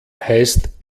heißt